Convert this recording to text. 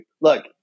Look